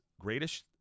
greatest